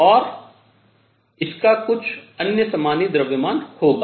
और इसका कुछ अन्य समानीत द्रव्यमान होगा